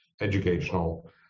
educational